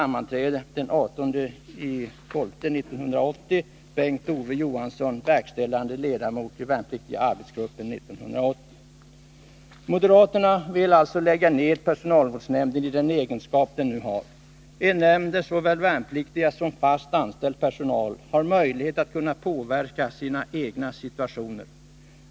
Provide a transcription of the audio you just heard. Moderaterna vill alltså lägga ned personalvårdsnämnden i den egenskap den nu har — en nämnd där såväl värnpliktiga som fast anställd personal har möjlighet att påverka sina egna situationer.